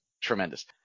tremendous